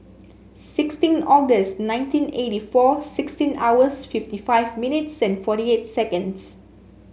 sixteen August nineteen eighty four sixteen hours fifty five minutes and forty eight seconds